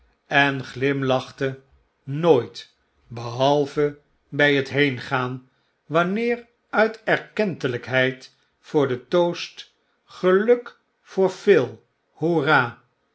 en glimlachte nooit behalve by het heengaan wanneer uit erkentelijkheid voor den toast h geluk voor phil hoera